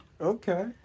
Okay